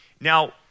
Now